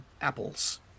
apples